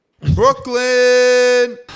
Brooklyn